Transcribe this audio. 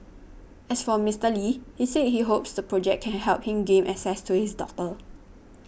as for Mister Lee he said he hopes the project can help him gain access to his daughter